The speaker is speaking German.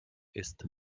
ist